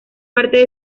parte